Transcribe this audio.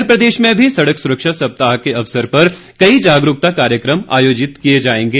इधर प्रदेश में भी सड़क सुरक्षा सप्ताह के अवसर पर कई जागरूकता कार्यक्रम आयोजित किए जाएंगे